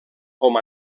com